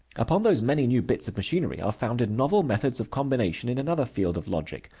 upon those many new bits of machinery are founded novel methods of combination in another field of logic,